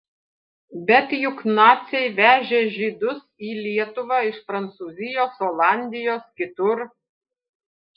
bet juk naciai vežė žydus į lietuvą iš prancūzijos olandijos kitur